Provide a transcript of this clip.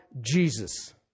Jesus